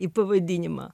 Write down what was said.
į pavadinimą